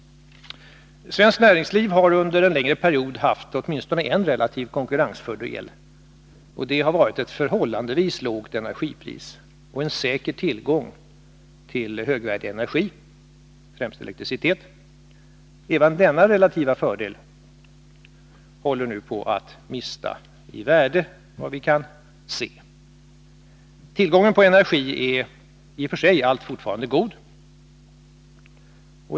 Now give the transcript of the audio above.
Svenskt näringsliv har under en längre period haft åtminstone en relativ konkurrensfördel, och det är ett förhållandevis lågt energipris och en säker tillgång till högvärdig energi, främst elektricitet. Även denna relativa fördel håller nu på att förlora i värde, såvitt vi kan se. Tillgången på energi är i och för sig alltfort god.